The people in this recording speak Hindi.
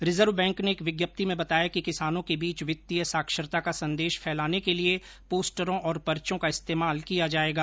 रिजर्व बैंक ने एक विज्ञप्ति में बताया कि किसानो के बीच वित्तीय साक्षरता का संदेश फैलाने के लिए पोस्टरों और पचोँ का इस्तेमाल किया जाएगा